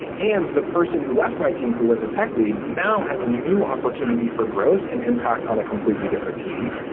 and the person who left my team who was a tech lead now has a new opportunity for growth and impact on a completely different team.